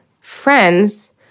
friends